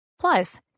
plus